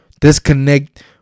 disconnect